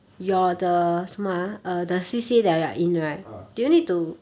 ah